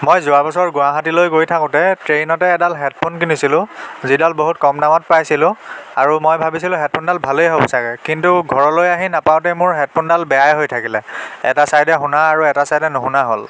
মই যোৱাবছৰ গুৱাহাটীলৈ গৈ থাকোঁতে ট্ৰেইনতে এডাল হেড ফোন কিনিছিলোঁ যিডাল বহুত কম দামত পাইছিলোঁ আৰু মই ভাবিছিলোঁ হেডফোনডাল ভালেই হ'ব চাগে কিন্তু ঘৰলৈ আহি নাপাওঁতে মোৰ হেডফোনডাল বেয়াই হৈ থাকিলে এটা চাইডে শুনা আৰু এটা চাইডে নুশুনা হ'ল